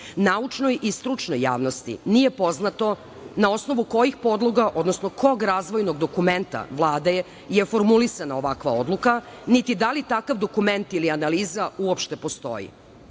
i stručnoj javnosti nije poznato na osnovu kojih podloga, odnosno kog razvojnog dokumenta Vlade je formulisana ovakva odluka niti da li takav dokument ili analiza uopšte postoji?